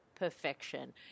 Perfection